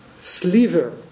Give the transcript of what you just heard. sliver